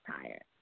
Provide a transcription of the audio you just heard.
tired